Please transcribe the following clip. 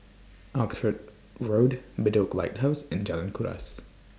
Oxford Road Bedok Lighthouse and Jalan Kuras